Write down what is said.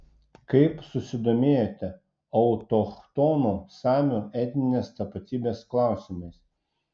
kaip susidomėjote autochtonų samių etninės tapatybės klausimais